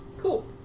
cool